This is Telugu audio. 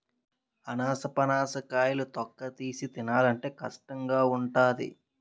అనాసపనస కాయలు తొక్కతీసి తినాలంటే కష్టంగావుంటాది